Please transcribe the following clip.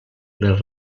les